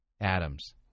Adams